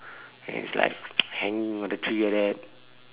and it's like hanging on the tree like that